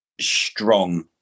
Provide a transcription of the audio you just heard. strong